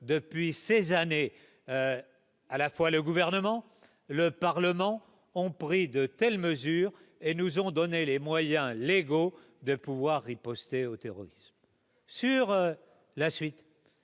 depuis ces années à la fois le gouvernement et le Parlement ont pris de telles mesures et nous ont donné les moyens légaux de pouvoir riposter aux terroristes sur la suite,